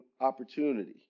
opportunity